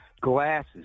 Glasses